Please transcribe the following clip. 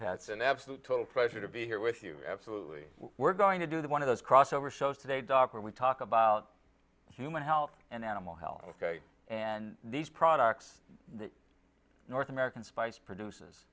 has an absolute total pleasure to be here with you absolutely we're going to do that one of those crossover shows today dr we talk about human health and animal health and these products that north american spice produces